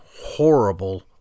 horrible